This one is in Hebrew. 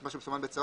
מה שמסומן בצהוב